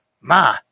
Ma